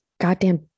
goddamn